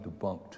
debunked